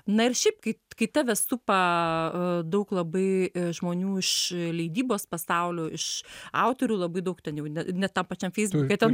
na ir šiaip kaip kai tave supa a daug labai žmonių iš leidybos pasaulių iš autorių labai daug ten jau ne ne tam pačiam feisbuke ten